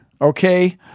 Okay